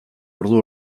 ordu